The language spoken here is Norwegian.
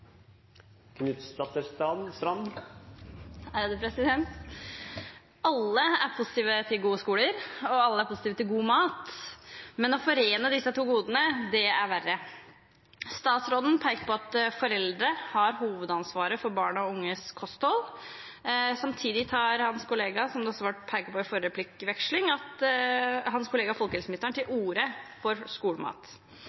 positive til gode skoler, og alle er positive til god mat. Men å forene disse to godene er verre. Statsråden pekte på at foreldre har hovedansvaret for barn og unges kosthold. Samtidig tar hans kollega folkehelseministeren, som det også ble pekt på i forrige replikkveksling, til orde for skolemat. Folkehelsemeldingen trekker statsråden fram i sitt brev til